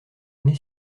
année